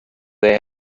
they